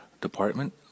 department